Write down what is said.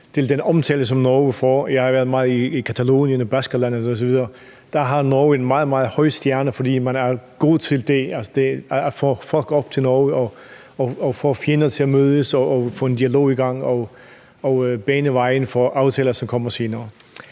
til den omtale, som Norge får. Jeg har været meget i Catalonien og Baskerlandet osv., og der har Norge en meget, meget høj stjerne, fordi man er god til at få folk op til Norge og få fjender til at mødes og få en dialog i gang og bane vejen for aftaler, som kommer senere.